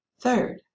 Third